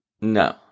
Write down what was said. no